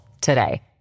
today